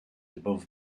above